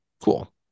Cool